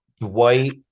dwight